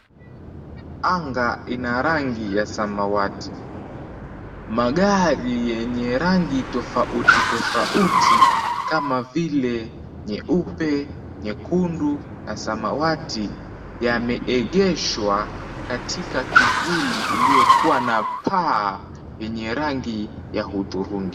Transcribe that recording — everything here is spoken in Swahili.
Anga ina rangi ya samawati, magari yenye rangi tofauti tofauti kama vile; nyeupe, nyekundu, na samawati, yameegeshwa katika kivuli iliyokuwa na paa yenye rangi ya udhurungi.